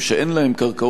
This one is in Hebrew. זה לא יפתור את הבעיה.